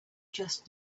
just